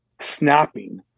snapping